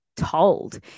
told